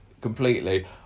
completely